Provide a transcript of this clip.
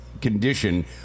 condition